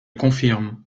confirme